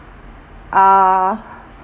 uh